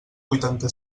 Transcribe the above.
vuitanta